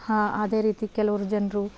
ಅದೇ ರೀತಿ ಕೆಲವರು ಜನರು